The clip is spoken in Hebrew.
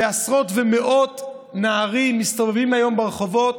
ועשרות ומאות נערים מסתובבים היום ברחובות,